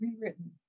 rewritten